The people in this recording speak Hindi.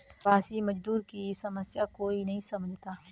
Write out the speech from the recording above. प्रवासी मजदूर की समस्या कोई नहीं समझता